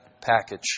package